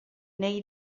neu